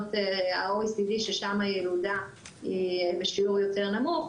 במדינות ה-OECD ששם הילודה בשיעור יותר נמוך,